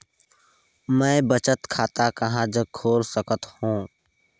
मैं बचत खाता कहां जग खोल सकत हों?